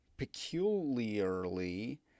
Peculiarly